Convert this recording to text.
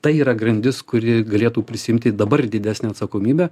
tai yra grandis kuri galėtų prisiimti dabar didesnę atsakomybę